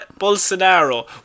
Bolsonaro